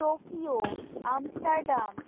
Tokyo Amsterdam